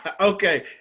Okay